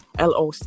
LOC